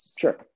Sure